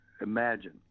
imagine